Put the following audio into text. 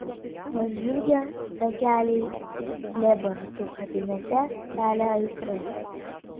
pažliugę takeliai lėbartų kapinėse kelia aistras